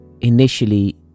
initially